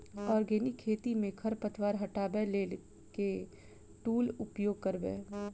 Organic खेती मे खरपतवार हटाबै लेल केँ टूल उपयोग करबै?